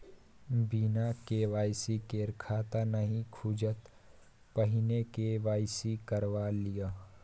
बिना के.वाई.सी केर खाता नहि खुजत, पहिने के.वाई.सी करवा लिअ